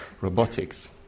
robotics